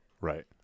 right